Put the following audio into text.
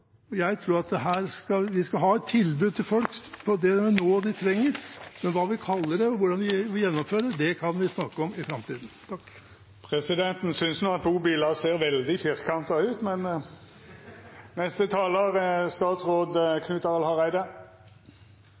Vi skal ha et tilbud til folk av det de trenger nå, men hva vi kaller det, og hvordan vi skal gjennomføre det, kan vi snakke om i framtiden. Presidenten synest no at bubilar ser veldig firkanta ut Eg vil også takke for ein god debatt, men